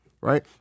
right